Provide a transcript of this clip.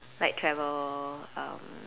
like travel um